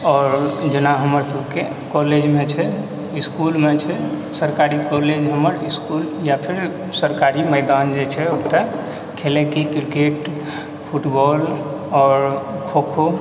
आओर जेना हमरसबके कॉलेजमे छै इसकुलमे छै सरकारी कॉलेज हमर इसकुल या फेर सरकारी मैदान जे छै ओतए खेलैके क्रिकेट फुटबॉल आओर खोखो